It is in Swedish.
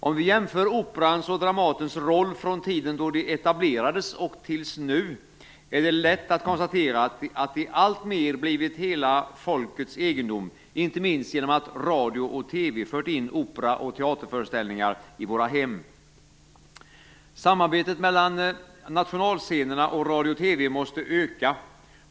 Om vi jämför Operans och Dramatens roll från tiden då de etablerades och fram till nu är det lätt att konstatera att de alltmer blivit hela folkets egendom - inte minst genom att radio och TV fört in opera och teaterföreställningar i våra hem. Samarbetet mellan nationalscenerna och radio/TV måste öka.